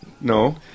No